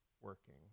working